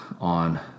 on